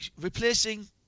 Replacing